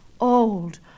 old